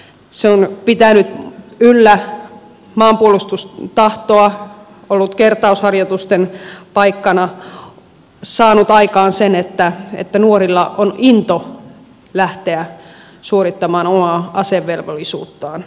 se on pitänyt yllä maanpuolustustahtoa ollut kertausharjoitusten paikkana saanut aikaan sen että nuorilla on into lähteä suorittamaan omaa asevelvollisuuttaan